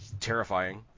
terrifying